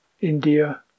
India